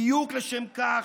בדיוק לשם כך,